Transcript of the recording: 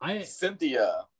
Cynthia